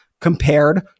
compared